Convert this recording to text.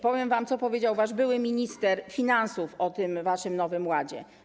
Powiem wam, co powiedział wasz były minister finansów o tym waszym Polskim Ładzie.